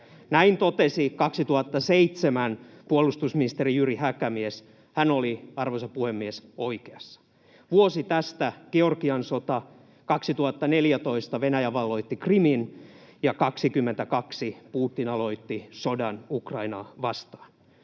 Näin totesi 2007 puolustusministeri Jyri Häkämies. Hän oli, arvoisa puhemies, oikeassa. Vuosi tästä Georgian sota, 2014 Venäjä valloitti Krimin ja 22 Putin aloitti sodan Ukrainaa vastaan.